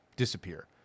Disappear